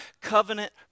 covenant